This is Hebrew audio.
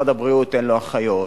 למשרד הבריאות אין אחיות,